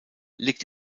liegt